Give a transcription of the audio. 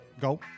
go